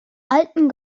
alten